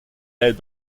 led